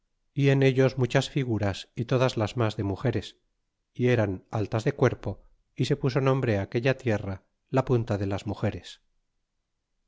y en ellos muchas figuras y todas las mas de mugeres y eran altas de cuerpo y se puso nombre aquella tierra la punta de las mugeres